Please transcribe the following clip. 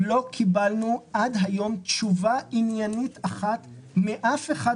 אבל לא קיבלנו עד היום תשובה עניינית מאף אחד.